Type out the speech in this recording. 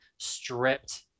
stripped